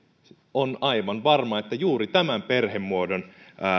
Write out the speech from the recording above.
on aivan varmaa että juuri tämän perhemuodon